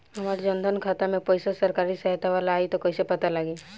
हमार जन धन खाता मे पईसा सरकारी सहायता वाला आई त कइसे पता लागी?